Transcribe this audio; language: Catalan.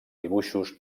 dibuixos